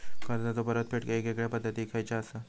कर्जाचो परतफेड येगयेगल्या पद्धती खयच्या असात?